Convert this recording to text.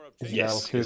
Yes